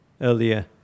earlier